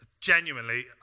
genuinely